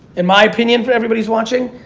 in my opinion for everybody who's watching,